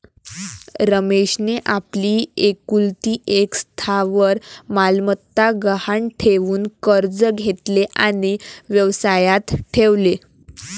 रमेशने आपली एकुलती एक स्थावर मालमत्ता गहाण ठेवून कर्ज घेतले आणि व्यवसायात ठेवले